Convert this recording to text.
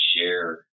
share